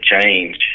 change